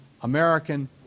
American